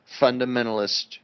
fundamentalist